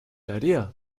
idea